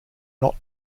not